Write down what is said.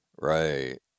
Right